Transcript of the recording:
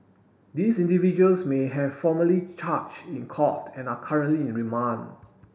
these individuals may have formally charge in court and are currently in remand